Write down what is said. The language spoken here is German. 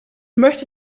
möchte